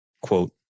quote